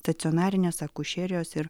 stacionarines akušerijos ir